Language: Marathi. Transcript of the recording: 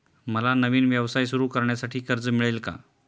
मला नवीन व्यवसाय सुरू करण्यासाठी कर्ज मिळेल का?